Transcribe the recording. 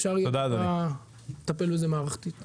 אפשר יהיה לטפל בזה באופן מערכתי.